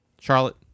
Charlotte